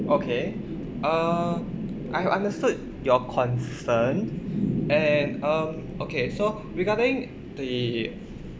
okay uh I understood your concern and um okay so regarding the